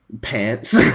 pants